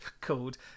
called